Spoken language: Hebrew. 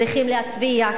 צריכים להצביע,